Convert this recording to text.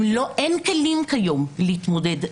אם לא, אין כלים כיום להתמודד.